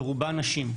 ורובן נשים,